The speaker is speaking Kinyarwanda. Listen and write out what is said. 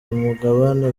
mugabane